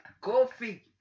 Coffee